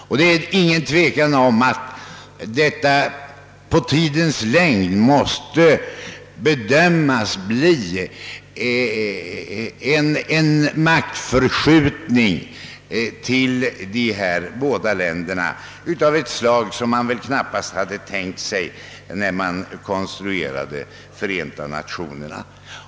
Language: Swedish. Det råder inget tvivel om att ett sådant avtal måste bedömas på lång sikt medföra en maktförskjutning till dessa båda länder, en maktförskjutning av ett slag som man knappast hade tänkt sig när man konstruerade Förenta Nationerna.